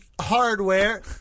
Hardware